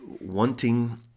wanting